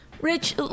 Rich